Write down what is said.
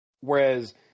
Whereas